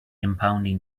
impounding